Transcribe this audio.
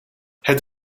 het